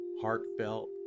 heartfelt